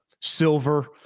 Silver